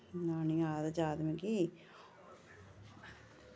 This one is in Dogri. नां नि आ दा जाद मिकी